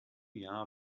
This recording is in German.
jahr